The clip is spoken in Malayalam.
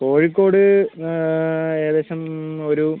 കോഴിക്കോട് ഏകദേശം ഒരു